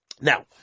Now